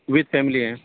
with family ہیں